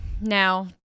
now